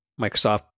Microsoft